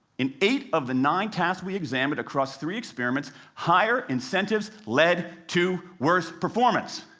in eight of the nine tasks we examined across three experiments, higher incentives led to worse performance.